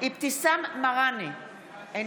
אבתיסאם מראענה, אחנה